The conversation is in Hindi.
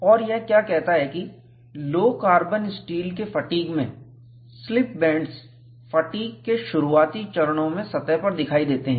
और यह क्या कहता है कि लो कार्बन स्टील के फटीग में स्लिप बैंड्स फटीग के शुरुआती चरणों में सतह पर दिखाई देते हैं